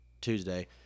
tuesday